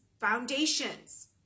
foundations